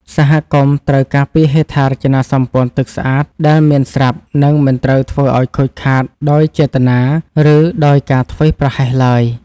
សហគមន៍ត្រូវការពារហេដ្ឋារចនាសម្ព័ន្ធទឹកស្អាតដែលមានស្រាប់ និងមិនត្រូវធ្វើឱ្យខូចខាតដោយចេតនា ឬដោយការធ្វេសប្រហែសឡើយ។